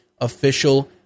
official